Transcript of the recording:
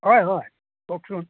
হয় হয় কওকচোন